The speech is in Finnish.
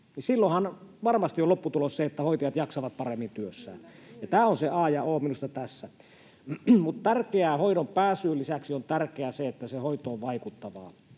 silloinhan varmasti on lopputulos se, että hoitajat jaksavat paremmin työssään. Ja tämä on se a ja o minusta tässä. Mutta hoitoon pääsyn lisäksi on tärkeää se, että se hoito on vaikuttavaa,